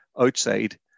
outside